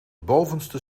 bovenste